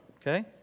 Okay